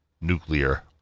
nuclear